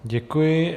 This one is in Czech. Děkuji.